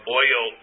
oil